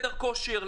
לחדר כושר.